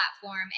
platform